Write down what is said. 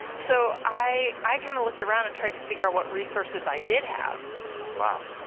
so i i kind of looked around and tried to figure out what resources i did have wow,